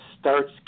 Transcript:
starts